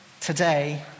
today